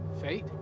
Fate